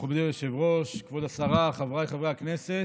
מכובדי היושב-ראש, כבוד השרה, חבריי חברי הכנסת,